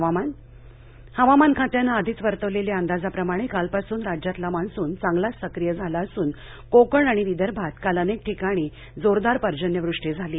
हवामानः हवामान खात्यान आधीच वर्तवलेल्या अंदाजाप्रमाणे कालपासून राज्यातला मान्सून चांगलाच सक्रीय झाला असून कोकण आणि विदर्भात काल अनेक ठिकाणी जोरदार पर्जन्यवष्टी झाली